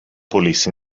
police